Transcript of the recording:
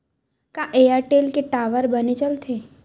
का एयरटेल के टावर बने चलथे?